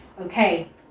Okay